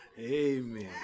amen